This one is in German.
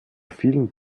vielen